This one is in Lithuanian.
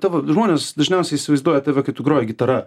tavo žmonės dažniausiai įsivaizduoja tave kai tu groji gitara